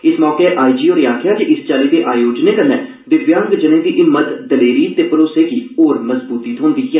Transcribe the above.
इस मौके I G होरें आक्खेआ जे इस चाल्ली दे आयोजनें कन्नै दिव्यांग जनें दी हिम्मत दलेरी ते भरोसे गी होर मजबूती थ्होन्दी ऐ